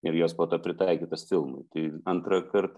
ir jos po to pritaikytos filmui tai antrąkart